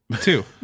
two